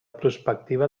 prospectiva